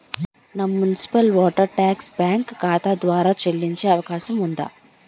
నా municipal water tax bank ఖాతా ద్వారా చెల్లించే అవకాశం ఉందా?